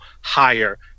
higher